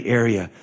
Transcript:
area